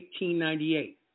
1898